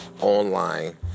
online